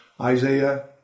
Isaiah